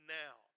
now